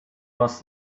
was